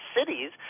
cities